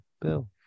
Bill